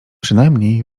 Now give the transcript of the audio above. przynajmniej